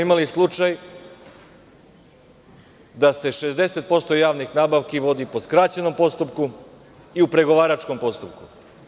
Imali smo slučaj da se 60% javnih nabavki vodi po skraćenom postupku i u pregovaračkom postupku.